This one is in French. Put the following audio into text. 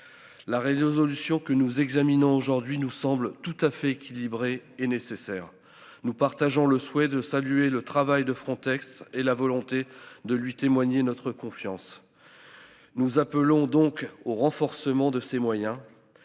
La résolution que nous examinons aujourd'hui nous semble tout à fait équilibrée et nécessaire. Nous partageons le souhait de saluer le travail de Frontex et la volonté de lui témoigner notre confiance. Nous appelons donc au renforcement de ses moyens.